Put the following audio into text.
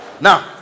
now